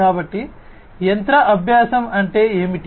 కాబట్టి యంత్ర అభ్యాసం అంటే ఏమిటి